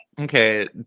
Okay